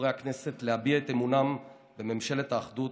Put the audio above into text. מחברי הכנסת להביע את אמונם בממשלת האחדות,